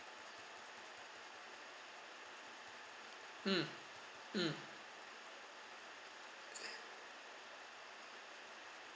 hmm mm